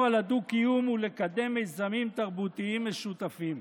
על הדו-קיום ולקדם מיזמים תרבותיים משותפים.